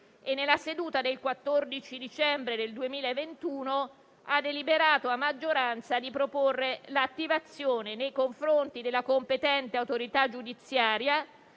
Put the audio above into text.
e, nella seduta del 14 dicembre 2021, ha deliberato a maggioranza di proporre l'attivazione - nei confronti della competente autorità giudiziaria